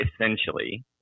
essentially